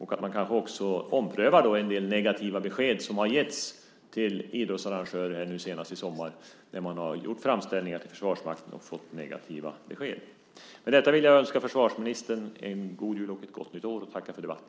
Då kanske man också omprövar en del negativa besked som har getts till idrottsarrangörer, senast i somras, som har gjort framställningar till Försvarsmakten. Med detta vill jag önska försvarsministern en god jul och ett gott nytt år och tacka för debatten.